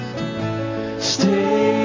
Stay